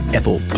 Apple